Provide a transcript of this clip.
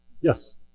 Yes